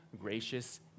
gracious